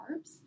carbs